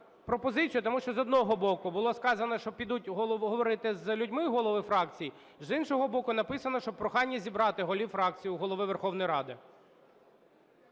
тому що, з одного боку, було сказано, що підуть говорити з людьми голови фракцій, з іншого боку, написано, що прохання зібрати голів фракцій у Голови Верховної Ради.